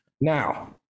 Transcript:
Now